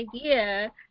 idea